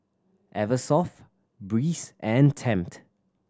Eversoft Breeze and Tempt